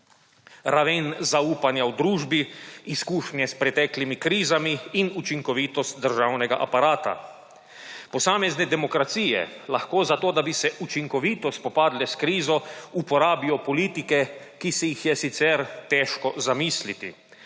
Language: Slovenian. raven zaupanja v družbi, izkušnje s preteklimi krizami in učinkovitost državnega aparata. Posamezne demokracije lahko za to, da bi se učinkovito spopadle s krizo, uporabijo politike, ki si jih je sicer težko zamisliti.